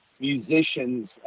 musicians